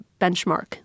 benchmark